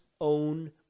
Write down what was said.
own